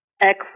Excellent